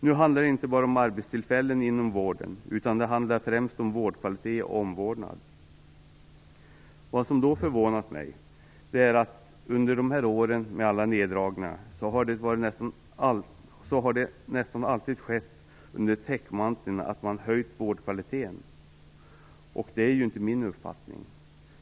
Nu handlar det inte bara om arbetstillfällen inom vården, utan det handlar främst om vårdkvalitet och omvårdnad. Vad som förvånat mig under de här åren av neddragningar är att de nästan alltid har skett under täckmantel av att man har höjt vårdkvaliteten. Det är inte min uppfattning.